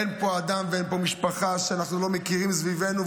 אין פה אדם ואין פה משפחה שאנחנו לא מכירים סביבנו,